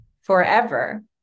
forever